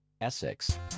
Essex